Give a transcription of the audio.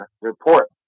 report